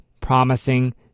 promising